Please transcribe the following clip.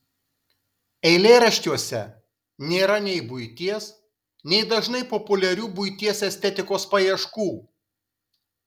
eilėraščiuose nėra nei buities nei dažnai populiarių buities estetikos paieškų